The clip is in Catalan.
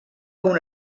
una